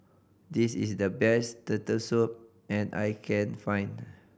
this is the best Turtle Soup and I can find